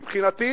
מבחינתי,